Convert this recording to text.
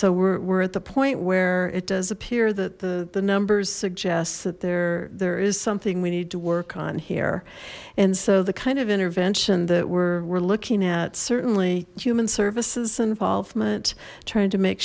so we're at the point where it does appear that the the numbers suggest that there there is something we need to work on here and so the kind of intervention that we're looking at certainly human services involvement trying to make